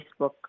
Facebook